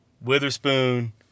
Witherspoon